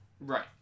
Right